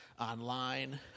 online